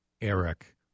Eric